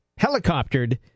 helicoptered